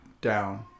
down